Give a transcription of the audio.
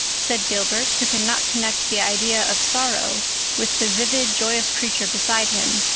said gilbert, who could not connect the idea of sorrow with the vivid, joyous creature beside him,